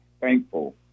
thankful